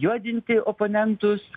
juodinti oponentus